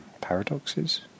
paradoxes